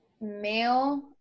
male